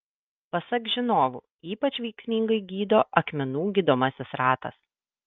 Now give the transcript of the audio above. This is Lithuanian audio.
pasak žinovų ypač veiksmingai gydo akmenų gydomasis ratas